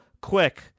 quick